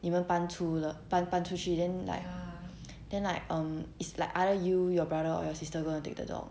你们搬出了搬搬出去了 then like then like err mm it's like either you your brother or your sister gonna take the dog so